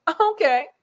okay